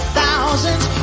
thousands